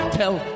tell